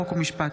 חוק ומשפט.